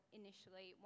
initially